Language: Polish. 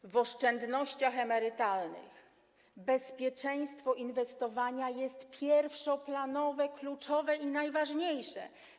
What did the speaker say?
W przypadku oszczędności emerytalnych bezpieczeństwo inwestowania jest pierwszoplanowe, kluczowe i najważniejsze.